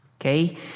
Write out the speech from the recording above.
Okay